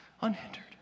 unhindered